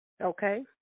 Okay